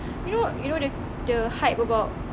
you know you know the the hype about